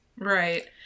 Right